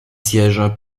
siège